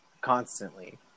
constantly